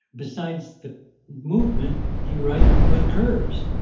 besides the movement, you write with curves.